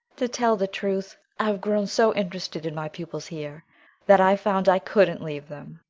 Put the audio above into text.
to tell the truth, i've grown so interested in my pupils here that i found i couldn't leave them.